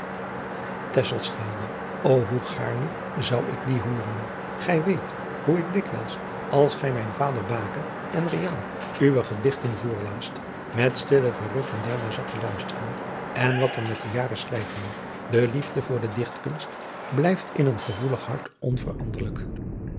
ô hoe gaarne zou ik dien hooren gij weet hoe ik dikwijls als gij mijn vader bake en reaal uwe gedichten voorlaast met stille verrukking daarnaar zat te luisteren en wat er met de jaren slijten mag de liefde voor de dichtkunst blijft in een gevoelig hart onveranderlijk